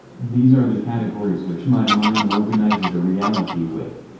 these are the categories which my mind organizes a reality with.